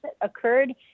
occurred